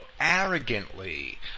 arrogantly